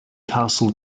castle